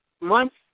months